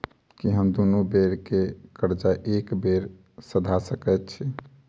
की हम दुनू बेर केँ कर्जा एके बेर सधा सकैत छी?